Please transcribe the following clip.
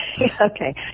Okay